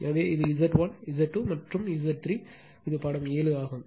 எனவே இது Z1 Z2 மற்றும் Z 3 இது படம் 7 ஆகும்